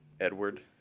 Edward